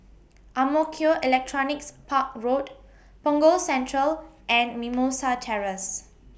Ang Mo Kio Electronics Park Road Punggol Central and Mimosa Terrace